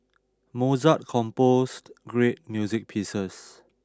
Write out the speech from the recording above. Mozart composed great music pieces